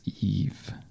Eve